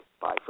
Bye